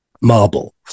marble